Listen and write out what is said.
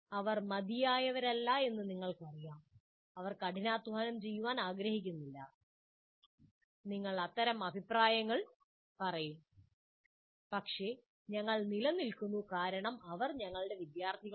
അവർ മതിയായവരല്ലെന്ന് നിങ്ങൾക്കറിയാം അവർ കഠിനാധ്വാനം ചെയ്യാൻ ആഗ്രഹിക്കുന്നില്ല നിങ്ങൾ അത്തരം അഭിപ്രായങ്ങൾ പറയും പക്ഷേ ഞങ്ങൾ നിലനിൽക്കുന്നു കാരണം അവർ ഞങ്ങളുടെ വിദ്യാർത്ഥികളാണ്